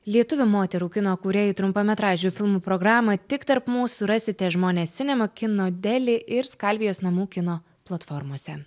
lietuvių moterų kino kūrėjų trumpametražių filmų programą tik tarp mūsų rasite žmonės sinema kino deli ir skalvijos namų kino platformose